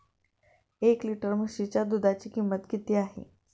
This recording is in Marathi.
एक लिटर म्हशीच्या दुधाची किंमत किती आहे?